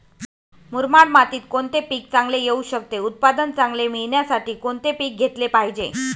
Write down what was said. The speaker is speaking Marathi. मुरमाड मातीत कोणते पीक चांगले येऊ शकते? उत्पादन चांगले मिळण्यासाठी कोणते पीक घेतले पाहिजे?